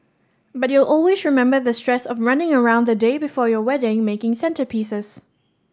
but you'll always remember the stress of running around the day before your wedding making centrepieces